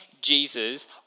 Jesus